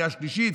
בקריאה שלישית,